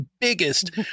biggest